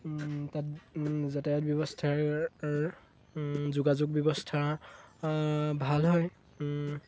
তাত যাতায়াত ব্যৱস্থাৰ যোগাযোগ ব্যৱস্থা ভাল হয়